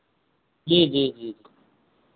जी जी जी जी